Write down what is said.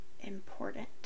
important